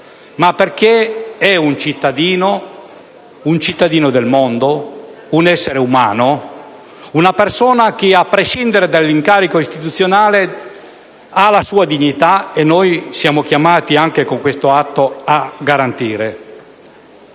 ma perché è un cittadino del mondo, un essere umano, una persona che, a prescindere dall'incarico istituzionale, ha la sua dignità e che noi siamo chiamati anche con questo atto a garantire.